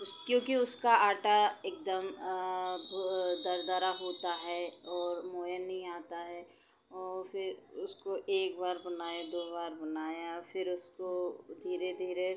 उस क्योंकि उसका आटा एकदम दरदरा होता है और मोयन नहीं आता है और फिर उसको एक बार बनाया दो बार बनाया फिर उसको धीरे धीरे